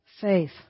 faith